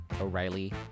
O'Reilly